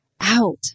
out